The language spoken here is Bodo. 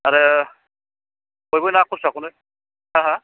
आरो बयबो ना खुरसाखौनो हो हो